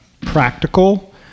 practical